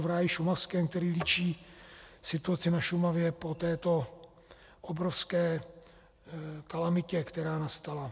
V ráji šumavském, který líčí situaci na Šumavě po této obrovské kalamitě, která nastala.